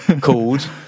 called